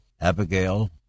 Abigail